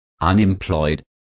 unemployed